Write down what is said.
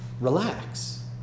Relax